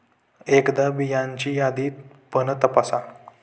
एकदा बियांची यादी पण तपासा